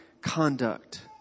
conduct